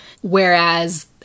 whereas